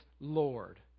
Lord